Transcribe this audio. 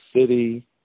city